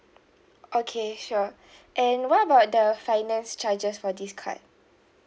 okay sure and what about the finance charges for this card